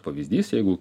pavyzdys jeigu